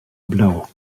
blau